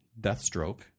deathstroke